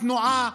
תנועה,